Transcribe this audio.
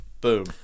boom